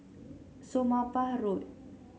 Somapah Road